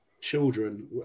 children